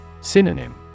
Synonym